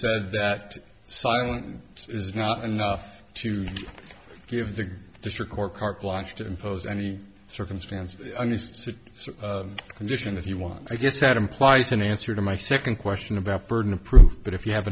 said that silent is not enough to give the district court carte blanche to impose any circumstances i'm used to so condition if you want i guess that implies an answer to my second question about burden of proof but if you have